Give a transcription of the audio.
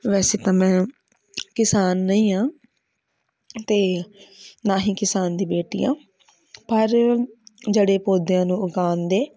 ਵੈਸੇ ਤਾਂ ਮੈਂ ਕਿਸਾਨ ਨਹੀਂ ਆ ਅਤੇ ਨਾ ਹੀ ਕਿਸਾਨ ਦੀ ਬੇਟੀ ਆ ਪਰ ਜਿਹੜੇ ਪੌਦਿਆਂ ਨੂੰ ਉਗਾਉਣ ਦੇ